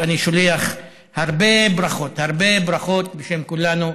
אני שולח הרבה ברכות, הרבה ברכות, בשם כולנו,